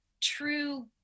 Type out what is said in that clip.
true